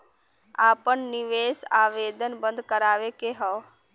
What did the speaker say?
आपन निवेश आवेदन बन्द करावे के हौ?